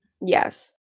Yes